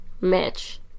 Mitch